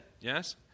Yes